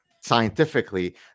scientifically